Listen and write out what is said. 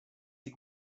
sie